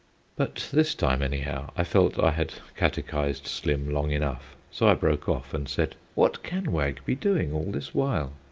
but this time, anyhow, i felt i had catechized slim long enough, so i broke off and said what can wag be doing all this while?